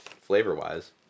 flavor-wise